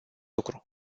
lucru